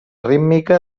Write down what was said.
rítmica